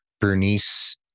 Bernice